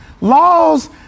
Laws